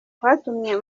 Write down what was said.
kwatumye